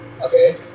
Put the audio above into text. Okay